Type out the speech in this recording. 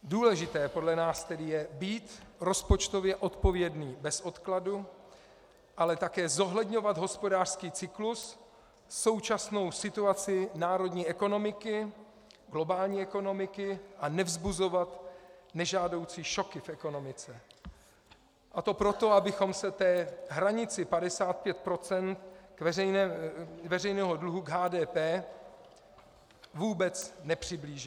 Důležité podle nás tedy je být rozpočtově odpovědný bez odkladu, ale také zohledňovat hospodářský cyklus, současnou situaci národní ekonomiky, globální ekonomiky a nevzbuzovat nežádoucí šoky v ekonomice, a to proto, abychom se té hranici 55 % veřejného dluhu k HDP vůbec nepřiblížili.